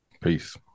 Peace